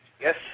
Yes